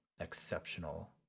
exceptional